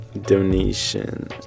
Donation